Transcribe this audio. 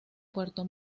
puerto